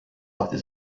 lahti